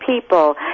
people